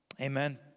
Amen